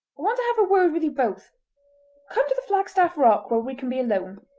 want to have a word with you both come to the flagstaff rock, where we can be alone